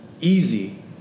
Easy